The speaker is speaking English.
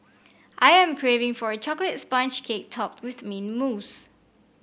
I am craving for a chocolate sponge cake topped with the mint mousse